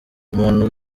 umuntu